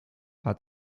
hat